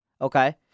Okay